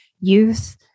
youth